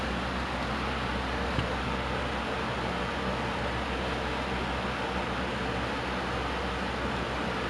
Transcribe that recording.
if if legit like I can't go to university or can't go to like earn and learn then I might just go to work orh